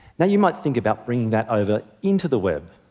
now, you might think about bringing that over into the web.